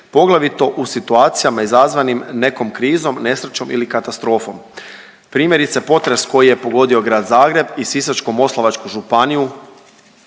poglavito u situacijama izazvanim nekom krizom, nesrećom ili katastrofom. Primjerice potres koji je pogodio grad Zagreb i Sisačko-moslavačku županiju